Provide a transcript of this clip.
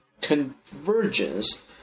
convergence